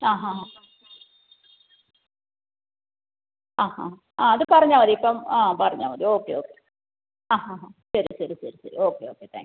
ആ ഹ ഹ ആ ഹ അത് പറഞ്ഞാൽ മതി ഇപ്പം ആ പറഞ്ഞാൽ മതി ഓക്കെ ഓക്കെ ഹ ഹ ശരി ശരി ശരി ശരി ഓക്കെ ഓക്കെ താങ്ക് യു